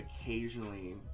occasionally